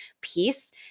piece